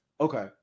Okay